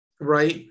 right